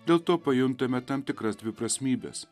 dėl to pajuntame tam tikras dviprasmybes